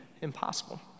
impossible